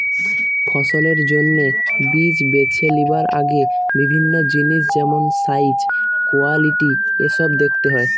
ফসলের জন্যে বীজ বেছে লিবার আগে বিভিন্ন জিনিস যেমন সাইজ, কোয়ালিটি এসোব দেখতে হয়